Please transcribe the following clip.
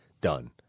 done